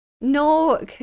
No